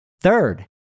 Third